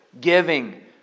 giving